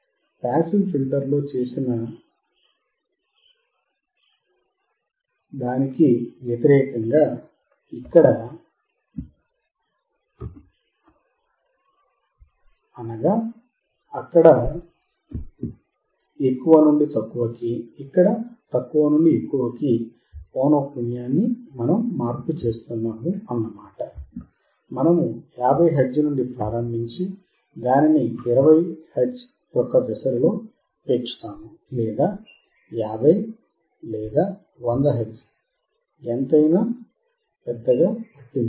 passive filter లో చేసిన దానికి వ్యతిరేకముగా అనగా అక్కడ ఎక్కువనుండి తక్కువకి ఇక్కడ తక్కువ నుండి ఎక్కువకి పౌనఃపున్యాన్ని మనము మార్పు చేస్తున్నాము మనము 50 హెర్ట్జ్ నుండి ప్రారంభించి దానిని 20 హెర్ట్జ్ యొక్క దశలో పెంచుతాము లేదా 50 లేదా 100 హెర్ట్జ్ ఎంతయినా పట్టింపు లేదు